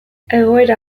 egoera